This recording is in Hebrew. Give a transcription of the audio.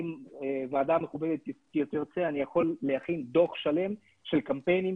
אם הוועדה המכובדת תרצה אני יכול להכין דוח שלם של קמפיינים